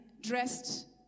dressed